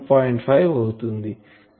5 అవుతుంది